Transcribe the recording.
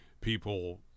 people